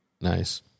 Nice